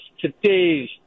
today's